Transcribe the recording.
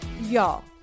y'all